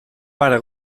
pare